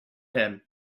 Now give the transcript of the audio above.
him